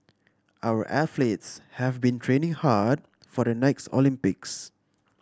our athletes have been training hard for the next Olympics